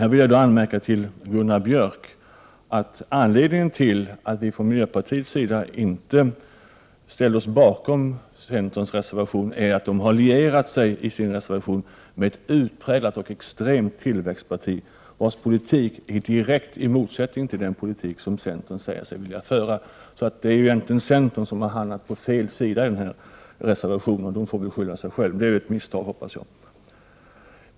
Till Gunnar Björk vill jag säga att anledningen till att vi i miljöpartiet inte ställer oss bakom centerns reservation är att ni har lierat er med ett utpräglat och extremt tillväxtparti, vars politik står i direkt motsättning till den politik som centern säger sig vilja föra. Det är centern som har hamnat på fel sida i den här reservationen. De får skylla sig själva — det är förhoppningsvis ett misstag.